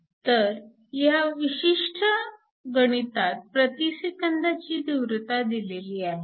तर ह्या विशिष्ट गणितात प्रति सेकंदाची तीव्रता दिलेली आहे